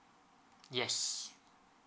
yes